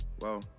whoa